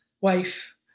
wife